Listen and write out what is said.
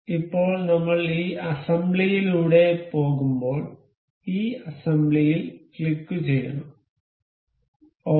ഇപ്പോൾ നമ്മൾ ഈ അസംബ്ലിയിലൂടെ പോകുമ്പോൾ ഈ അസംബ്ലിയിൽ ക്ലിക്കുചെയ്യണം ശരി